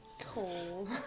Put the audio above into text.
Cool